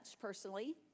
personally